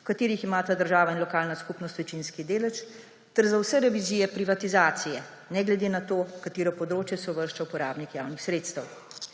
v katerih imata država in lokalna skupnost večinski delež, ter za vse revizije privatizacije, ne glede na to, v katero področje se uvršča uporabnik javnih sredstev.